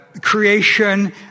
creation